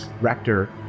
Rector